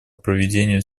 проведению